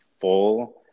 full